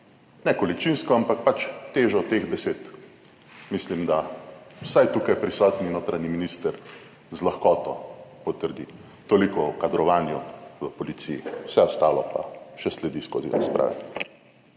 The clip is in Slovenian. ne količinsko, ampak težo teh besed mislim, da vsaj tukaj prisotni notranji minister z lahkoto potrdi. Toliko o kadrovanju v policiji, vse ostalo pa še sledi skozi razprave.